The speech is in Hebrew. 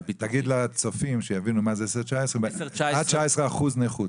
תגיד לצופים שיבינו מה זה, עד 19% נכות.